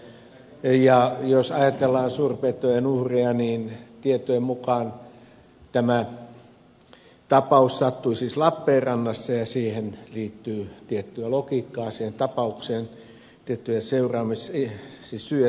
ja jos ajatellaan suurpetojen uhreja niin tietojen mukaan tämä tapaus sattui siis lappeenrannassa ja siihen tapaukseen liittyy tiettyä logiikkaa tiettyjä syyseuraus suhteita